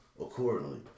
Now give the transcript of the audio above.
accordingly